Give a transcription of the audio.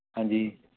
ਹਾਂਜੀ